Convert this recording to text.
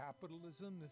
capitalism